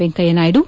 Venkaiah Naidu